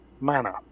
manner